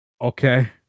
Okay